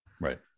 Right